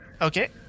Okay